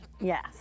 Yes